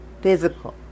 physical